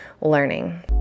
learning